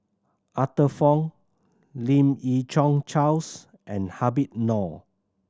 Arthur Fong Lim Yi Yong Charles and Habib Noh